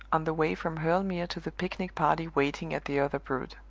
on the way from hurle mere to the picnic party waiting at the other broad.